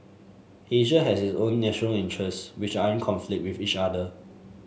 Asia has its own national interests which are in conflict with each other